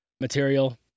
material